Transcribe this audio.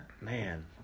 man